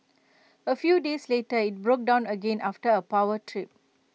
A few days later IT broke down again after A power too